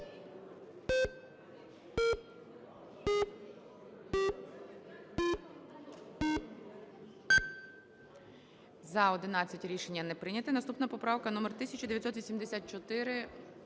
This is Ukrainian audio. За-11 Рішення не прийнято. Наступна поправка номер 1984.